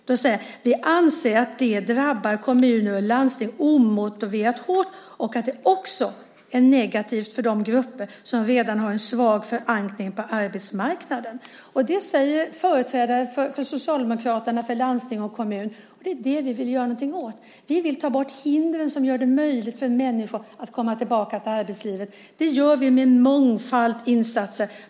De säger: Vi anser att det drabbar kommuner och landsting omotiverat hårt och att det också är negativt för de grupper som redan har en svag förankring på arbetsmarknaden. Det säger företrädare för Socialdemokraterna i landsting och kommun. Vi vill ta bort hindren för att människor ska kunna komma tillbaka i arbetslivet. Det gör vi med en mångfald insatser.